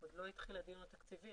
עוד לא התחיל הדיון התקציבי,